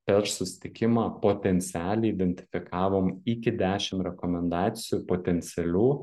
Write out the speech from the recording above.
per susitikimą potencialiai identifikavom iki dešim rekomendacijų potencialių